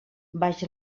baix